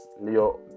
leo